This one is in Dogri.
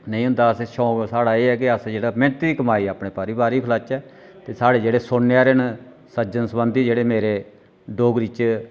नेईं होंदा असें शौक साढ़ा एह् ऐ कि अस जेह्ड़ा मेह्नत दी कमाई अपने परिवार गी खलाह्चै ते साढ़े जेह्ड़े सुनने आह्ले न सज्जन सरबंधी जेह्ड़े मेरे डोगरी च